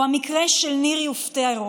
או המקרה של ניר יופטרו,